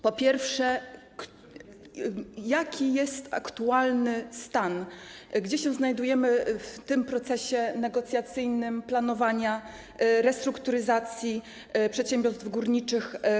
Po pierwsze, jaki jest aktualny stan, gdzie się znajdujemy w tym procesie negocjacyjnym planowania restrukturyzacji przedsiębiorstw górniczych?